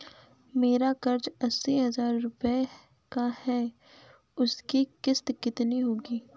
मेरा कर्ज अस्सी हज़ार रुपये का है उसकी किश्त कितनी होगी?